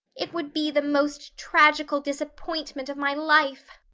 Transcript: it would be the most tragical disappointment of my life.